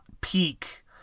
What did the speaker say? peak